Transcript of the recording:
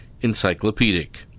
encyclopedic